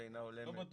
תאגיד על פי חוק,